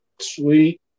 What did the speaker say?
Sweet